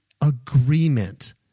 agreement